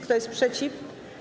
Kto jest przeciw?